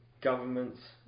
governments